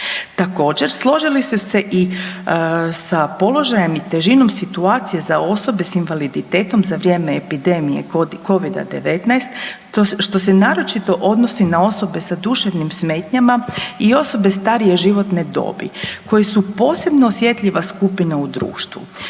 Također složili su se i sa položajem i težinom situacije za osobe s invaliditetom za vrijeme epidemije Covida-10 što se naročito odnosi na osobe sa duševnim smetnjama i osobe starije životne dobi koje su posebno osjetljiva skupina u društvu.